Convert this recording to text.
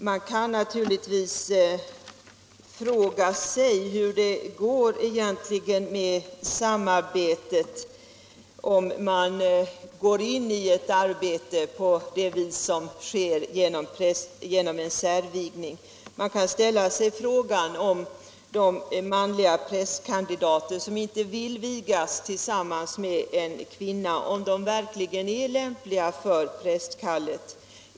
Vi kan naturligtvis undra hur det egentligen blir med samarbetet, om man går in i ett arbete på det vis som sker genom en särvigning. Man kan vidare ställa sig frågan, om de manliga prästkandidater som inte vill vigas tillsammans med en kvinna verkligen är lämpliga för prästkallet.